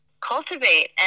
cultivate